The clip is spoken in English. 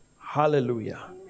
Hallelujah